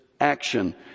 action